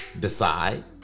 Decide